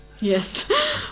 Yes